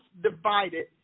divided